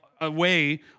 away